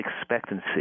expectancy